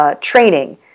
training